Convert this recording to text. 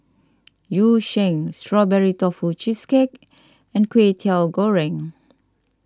Yu Sheng Strawberry Tofu Cheesecake and Kway Teow Goreng